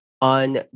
on